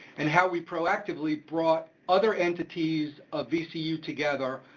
and how we proactively brought other entities of vcu together,